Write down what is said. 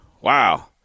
Wow